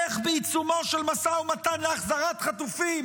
איך בעיצומו של משא ומתן להחזרת חטופים